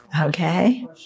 Okay